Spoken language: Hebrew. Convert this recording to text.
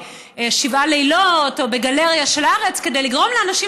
בשבעה לילות או בגלריה של הארץ כדי לגרום לאנשים